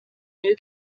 new